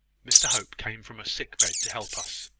mr hope came from a sick bed to help us.